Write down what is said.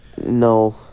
No